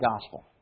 gospel